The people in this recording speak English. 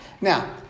Now